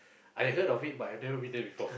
I heard of it but I've never been there before